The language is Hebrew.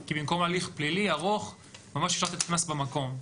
כי במקום הליך פלילי ארוך ממש אפשר לתת קנס במקום.